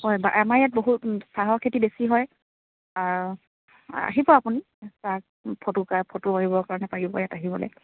হয় বা আমাৰ ইয়াত বহুত চাহৰ খেতি বেছি হয় আহিব আপুনি চাহ ফটো ফটো মাৰিবৰ কাৰণে পাৰিব ইয়াত আহিবলৈ